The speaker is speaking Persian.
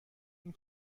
این